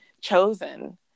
chosen